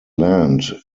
land